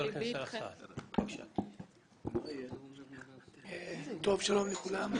שלום לכולם,